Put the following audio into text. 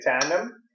tandem